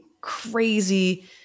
crazy